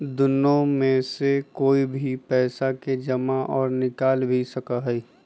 दुन्नो में से कोई भी पैसा के जमा और निकाल भी कर सका हई